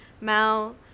Mal